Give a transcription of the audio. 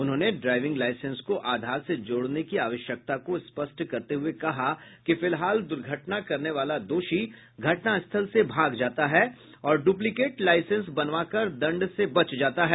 उन्होंने driving licence को आधार से जोड़ने की आवश्यकता को स्पष्ट करते हुए कहा कि फिलहाल दुर्घटना करने वाला दोषी घटनास्थल से भाग जाता है और ड्रपलीकेट लाइसेंस बनवाकर दंड से बच जाता है